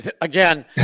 Again